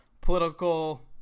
political